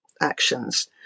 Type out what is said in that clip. actions